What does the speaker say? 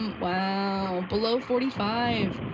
wow, below forty five,